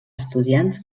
estudiants